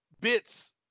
bits